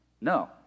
No